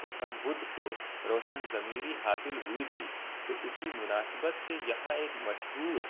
گوتم بدھ کو روشن ضمیری حاصل ہوئی تھی تو اسی مناسبت سے یہاں ایک مشہور